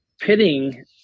Pitting